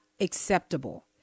acceptable